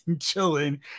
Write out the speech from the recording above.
chilling